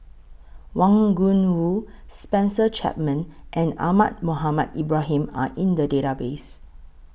Wang Gungwu Spencer Chapman and Ahmad Mohamed Ibrahim Are in The Database